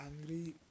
angry